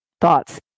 thoughts